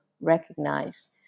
recognize